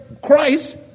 Christ